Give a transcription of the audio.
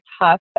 tough